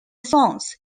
songs